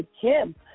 Kim